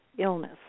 illness